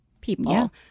people